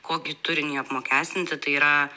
kokį turinį apmokestinti tai yra